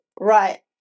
right